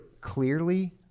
clearly